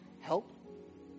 help